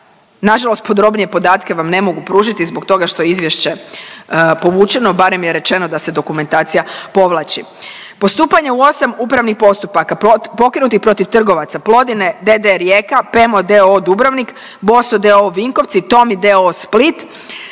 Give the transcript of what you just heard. nažalost podrobnije podatke vam ne mogu pružiti zbog toga što je izvješće povučeno, barem je rečeno da se dokumentacija povlači. Postupanje u osam upravnih postupaka pokrenutih protiv trgovaca Plodine d.d. Rijeka, Pemo d.o.o. Dubrovnik, Boso d.o.o. Vinkovci, Tommy d.o.o.